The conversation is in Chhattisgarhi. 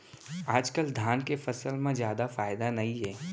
आजकाल धान के फसल म जादा फायदा नइये